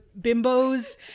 bimbos